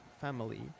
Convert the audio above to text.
family